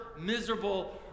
miserable